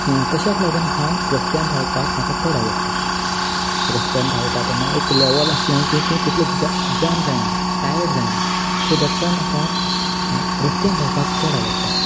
तशाक लागोन हांव म्हाका रसत्यान धांवपाक चड आवडटा रसत्यान धांवतां तेन्ना एक लेवल आसलें की तूं तितलें जाम जायना टायर्ड जायना सो देट्स वाय म्हाका रसत्यान धांवपाक चड आवडटा